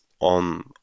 on